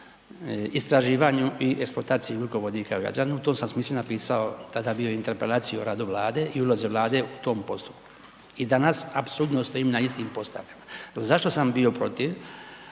istraživanju i eksploataciji ugljikovodika u Jadranu, u tom sam smislu napisao tada bio Interpelaciju o radu Vlade i ulozi Vlade u tom postupku i danas apsolutno stojim na istim postavkama. Zašto sam bio protiv?